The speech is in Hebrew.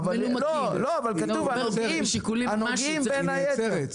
כתוב: הנוגעים בין היתר.